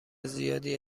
زیادی